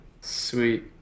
Sweet